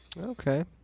Okay